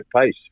pace